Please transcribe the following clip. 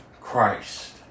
Christ